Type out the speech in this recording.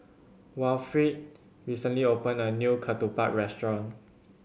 Wilfrid recently opened a new ketupat restaurant